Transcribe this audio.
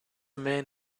man